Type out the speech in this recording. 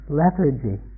lethargy